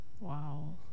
Wow